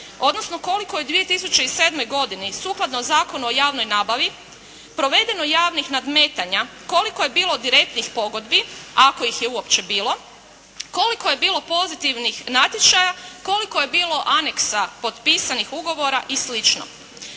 odnosno koliko je u 2007. godini, sukladno Zakonu o javnoj nabavi, provedeno javnih nadmetanja, koliko je bilo direktnih pogodbi ako ih je uopće bilo, koliko je bilo pozitivnih natječaja, koliko je bilo aneksa, potpisanih ugovora i